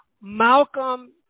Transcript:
Malcolm